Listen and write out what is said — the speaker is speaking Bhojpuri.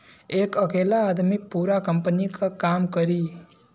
एक अकेला आदमी पूरा कंपनी क काम करी